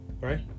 right